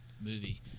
movie